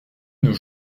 nos